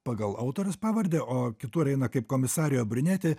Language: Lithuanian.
pagal autoriaus pavardę o kitur eina kaip komisarė briuneti